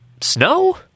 Snow